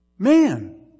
man